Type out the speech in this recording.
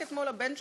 רק אתמול הבן שלי,